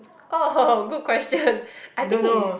oh good question I think he is